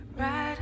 right